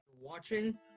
watching